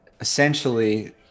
essentially